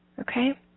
Okay